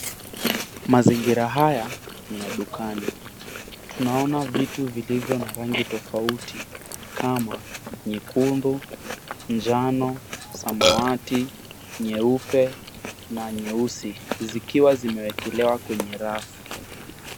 Mazingira haya ni ya dukani. Tunaona vitu vilivyo na rangi tofauti kama nyekundu, njano, samawati, nyeupe na nyeusi, zikiwa zimewekelewa kwenye rafu.